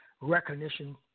recognition